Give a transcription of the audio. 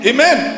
Amen